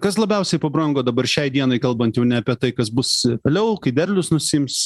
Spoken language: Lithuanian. kas labiausiai pabrango dabar šiai dienai kalbant jau ne apie tai kas bus vėliau kai derlius nusiims